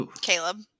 Caleb